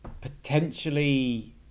potentially